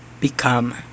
become